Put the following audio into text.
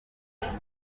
wagiye